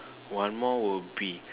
one more will be